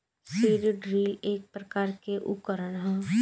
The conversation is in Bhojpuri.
सीड ड्रिल एक प्रकार के उकरण ह